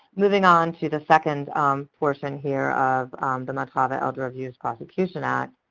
moving on to the second portion here of the matava elder abuse prosecution act,